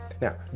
Now